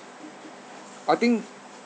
I think